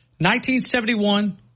1971